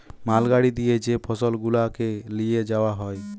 মাল গাড়ি দিয়ে যে ফসল গুলাকে লিয়ে যাওয়া হয়